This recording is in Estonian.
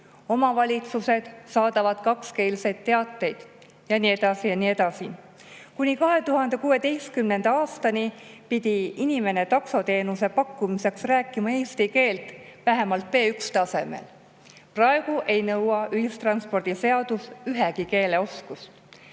Omavalitsused saadavad kakskeelseid teateid ja nii edasi ja nii edasi. Kuni 2016. aastani pidi inimene taksoteenuse pakkumiseks rääkima eesti keelt vähemalt B1‑tasemel, praegu ei nõua ühistranspordiseadus ühegi keele oskust.